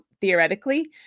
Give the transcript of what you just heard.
theoretically